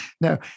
No